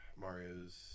Mario's